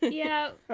yeah,